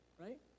right